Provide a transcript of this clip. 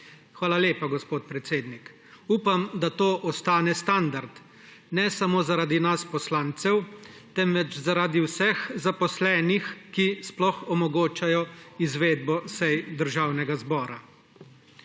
Hvala lepa, gospod predsednik. Upam, da to ostane standard. Ne samo zaradi nas poslancev, temveč tudi zaradi vseh zaposlenih, ki sploh omogočajo izvedbo sej Državnega zbora.